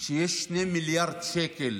כשיש שני מיליארד שקל